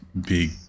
big